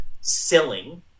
selling